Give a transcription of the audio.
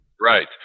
Right